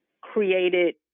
created